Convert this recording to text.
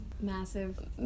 Massive